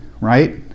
right